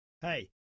hey